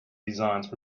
designs